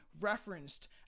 referenced